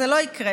זה לא יקרה.